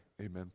amen